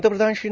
पंतप्रधान श्री